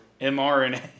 mRNA